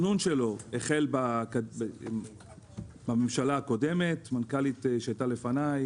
ואנחנו נצא למכרז בין-משרדי ונאייש